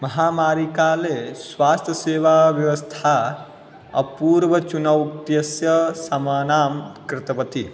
महामारिकाले स्वास्थ्यसेवा व्यवस्था अपूर्वचुनौक्त्यस्य समानां कृतवती